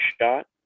shot